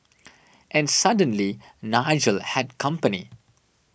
and suddenly Nigel had company